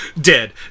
dead